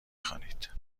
خوانید